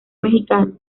mexicano